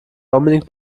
dominik